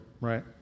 right